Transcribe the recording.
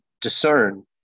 discern